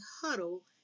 huddle